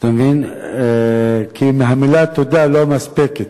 כי המלה "תודה" לא מספקת.